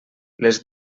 les